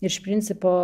iš principo